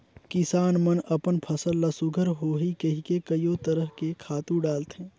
किसान मन अपन फसल ल सुग्घर होही कहिके कयो तरह के खातू डालथे